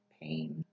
pain